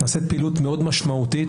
נעשית פעילות מאוד משמעותית.